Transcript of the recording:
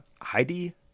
Heidi